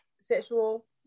sexual